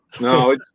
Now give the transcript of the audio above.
No